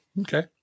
Okay